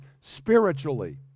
spiritually